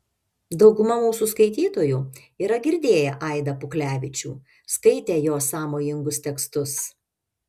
dauguma mūsų skaitytojų yra girdėję aidą puklevičių skaitę jo sąmojingus tekstus